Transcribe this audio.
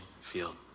field